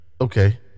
Okay